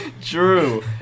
True